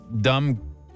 dumb